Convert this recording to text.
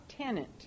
tenant